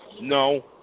No